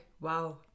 wow